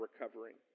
recovering